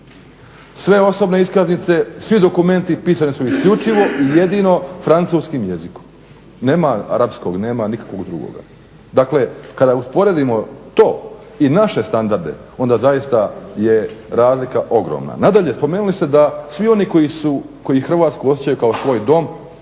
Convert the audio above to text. Sve osobne iskaznice, svi dokumenti pisani su isključivo i jedino francuskim jezikom. Nema arapskog, nema nikakvog drugoga. Dakle, kada usporedimo to i naše standarde onda zaista je razlika ogromna. Nadalje, spomenuli ste da svi oni koji Hrvatsku osjećaju kao svoj dom